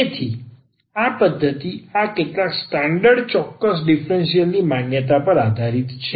તેથી આ પદ્ધતિ આ કેટલાક સ્ટાન્ડર્ડ ચોક્કસ ડીફરન્સીયલ ની માન્યતા પર આધારિત છે